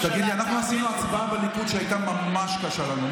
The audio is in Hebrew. אנחנו עשינו הצבעה בליכוד שהייתה ממש קשה לנו.